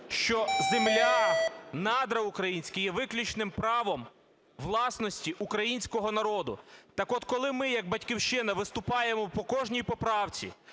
що земля, надра українські є виключним правом власності українського народу. Так от, коли ми як "Батьківщина" виступаємо по кожній поправці,